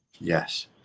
Yes